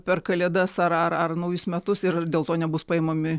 per kalėdas ar ar ar naujus metus ir ar dėl to nebus paimami